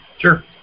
Sure